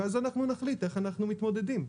ואז אנחנו נחליט איך אנחנו מתמודדים.